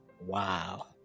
Wow